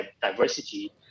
diversity